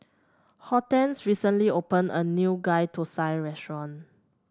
Hortense recently opened a new Ghee Thosai restaurant